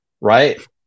right